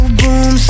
boom